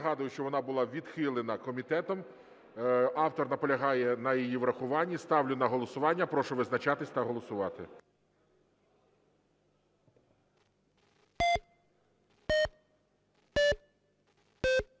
нагадую, що вона була відхилена комітетом. Автор наполягає на її врахуванні. Ставлю на голосування. Прошу визначатись та голосувати.